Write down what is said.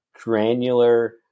granular